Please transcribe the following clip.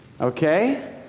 Okay